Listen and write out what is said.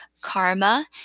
karma